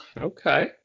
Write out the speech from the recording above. Okay